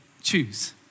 choose